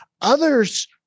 Others